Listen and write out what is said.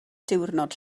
diwrnod